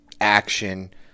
action